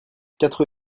quatre